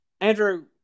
Andrew